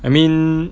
I mean